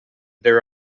their